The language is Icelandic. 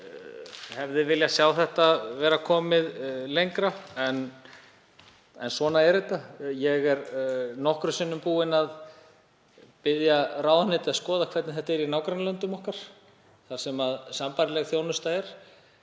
og hefði viljað sjá þetta vera komið lengra, en svona er þetta. Ég er nokkrum sinnum búinn að biðja ráðuneytið að skoða hvernig þetta er í nágrannalöndum okkar þar sem sambærileg þjónusta er.